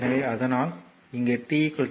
எனவே அதனால்தான் இங்கே t 0